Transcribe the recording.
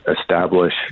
establish